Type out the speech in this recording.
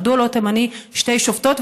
מדוע לא תמני שתי שופטות,